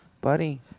buddy